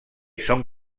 són